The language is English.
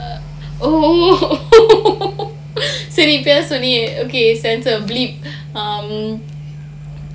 oh சரி இப்ப ஏதொ சொன்னியே:sari ippa etho sonniyae okay sense of blip